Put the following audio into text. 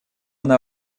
она